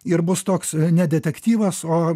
ir bus toks ne detektyvas o